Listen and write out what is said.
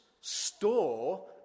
store